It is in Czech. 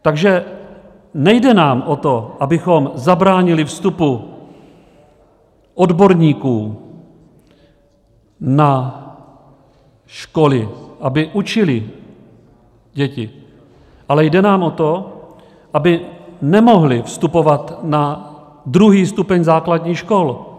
Takže nejde nám o to, abychom zabránili vstupu odborníků na školy, aby učili děti, ale jde nám o to, aby nemohli vstupovat na druhý stupeň základních škol.